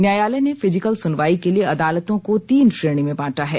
न्यायालय ने फिजिकल सुनवाई के लिए अदालतों को तीन श्रेणी में बांटा है